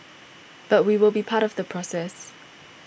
but we will be part of the process